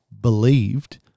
believed